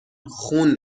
خون